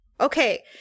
Okay